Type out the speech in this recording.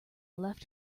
left